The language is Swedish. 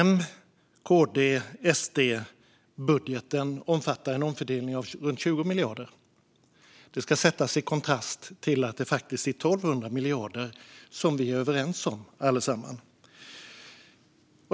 M-KD-SD-budgeten omfattar en omfördelning på runt 20 miljarder. Det ska sättas i kontrast till att det faktiskt är 1 200 miljarder som vi är överens om.